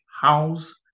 house